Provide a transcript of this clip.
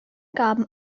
gaben